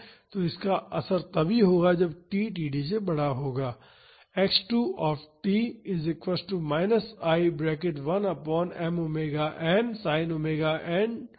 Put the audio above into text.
तो इसका असर तभी होगा जब t td से बड़ा होगा